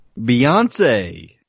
Beyonce